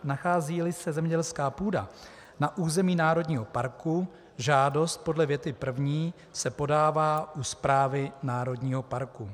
Nacházíli se zemědělská půda na území národního parku, žádost podle věty první se podává u správy národního parku.